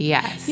Yes